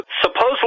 Supposedly